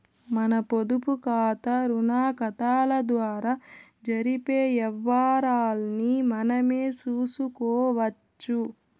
మన పొదుపుకాతా, రుణాకతాల ద్వారా జరిపే యవ్వారాల్ని మనమే సూసుకోవచ్చు